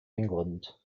england